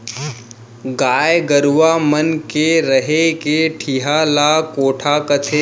गाय गरूवा मन के रहें के ठिहा ल कोठा कथें